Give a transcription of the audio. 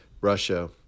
Russia